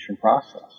process